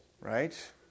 right